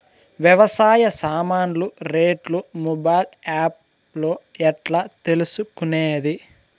వ్యవసాయ సామాన్లు రేట్లు మొబైల్ ఆప్ లో ఎట్లా తెలుసుకునేది?